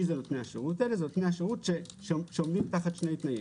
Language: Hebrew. נותני השירות האלה עומדים תחת שני תנאים: